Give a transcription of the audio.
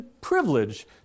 privilege